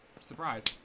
surprise